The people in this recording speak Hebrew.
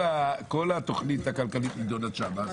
לוועדת הכלכלה או לוועדה הפנים והגנת הסביבה.